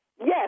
Yes